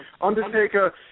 Undertaker